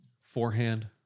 Forehand